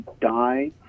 die